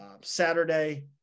Saturday